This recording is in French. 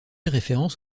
référence